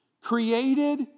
created